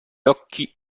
occhi